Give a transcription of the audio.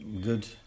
Good